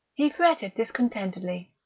he fretted discontentedly,